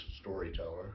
storyteller